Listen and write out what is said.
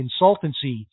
consultancy